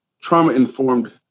trauma-informed